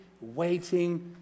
waiting